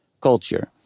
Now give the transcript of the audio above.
culture